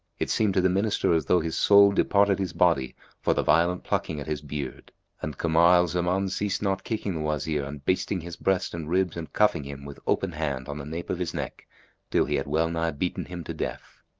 it seemed to the minister as though his soul departed his body for the violent plucking at his beard and kamar al-zaman ceased not kicking the wazir and basting his breast and ribs and cuffing him with open hand on the nape of his neck till he had well-nigh beaten him to death.